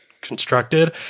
constructed